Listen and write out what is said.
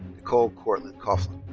nicole cortland coughlin.